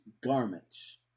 garments